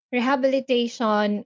rehabilitation